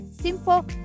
simple